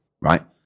Right